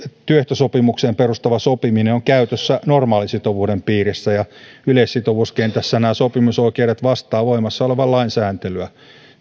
työehtosopimukseen perustuva sopiminen on käytössä normaalin sitovuuden piirissä ja yleissitovuuskentässä nämä sopimusoikeudet vastaavat voimassa olevan lain sääntelyä